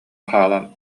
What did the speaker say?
хаалан